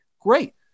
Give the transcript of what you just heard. great